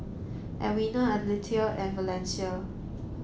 Edwina Aletha and Valencia